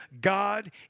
God